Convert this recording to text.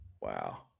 Wow